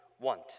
want